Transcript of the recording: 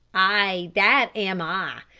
ay, that am i.